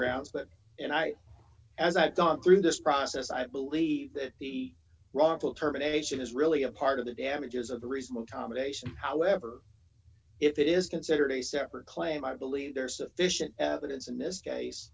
grounds that and i as i've gone through this process i believe that the wrongful termination is really a part of the damages of the reason accommodation however if it is considered a separate claim i believe there is sufficient evidence in this case